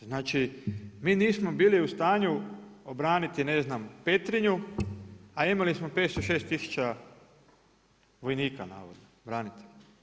Znači mi nismo bili u stanju obraniti ne znam Petrinju a imali smo 506 tisuća vojnika navodno, branitelja.